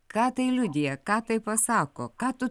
ką tai liudija ką tai pasako ką tu